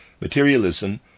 Materialism